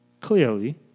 Clearly